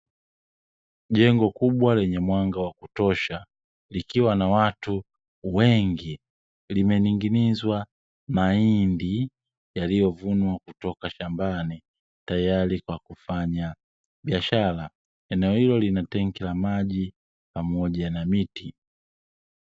Jengo kubwa lenye mwanga wa kutosha likiwa na watu wengi, limening'inizwa mahindi yaliyovunwa kutoka shambani tayari kwa kufanya biashara. Eneo hilo lina tenki la maji pamoja na miti.